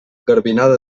garbinada